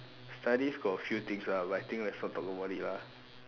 studies got a few things ah but I think let's not talk about it lah